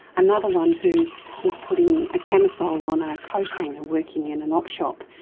another one who was putting a camisole on a coat hanger working in an op shop,